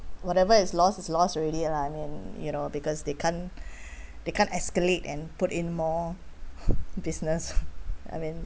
whatever is lost is lost already lah I mean you know because they can't they can't escalate and put in more business I mean